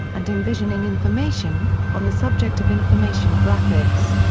and envisioning information on the subject of information graphics.